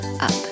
up